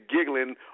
giggling